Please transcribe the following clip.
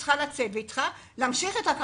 צריכה לצאת והיא צריכה להמשיך אותה,